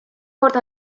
korda